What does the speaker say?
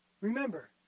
Remember